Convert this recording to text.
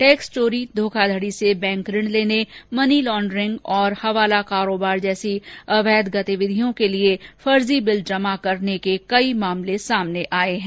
tax चोरी धोखाधड़ी से बैंक ऋण लेने मनी लॉड़िग और हवाला कारोबार जैसी अवैध गतिविधियों के लिए फर्जी बिल जमा करने के कई मामले सामने आए हैं